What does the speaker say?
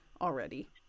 already